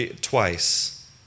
twice